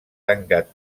tancat